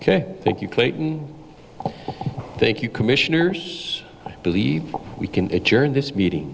ok thank you clayton thank you commissioners believe we can turn this meeting